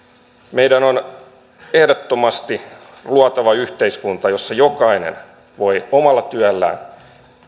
meidän on ehdottomasti luotava yhteiskunta jossa jokainen voi omalla työllään